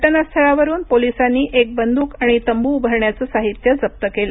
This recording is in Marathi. घटना स्थळावरून पोलिसांनी एक बंदूक आणि तंबू उभारण्याचं साहित्य जप्त केलं